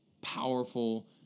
powerful